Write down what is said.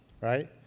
right